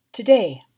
Today